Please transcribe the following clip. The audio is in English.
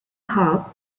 harp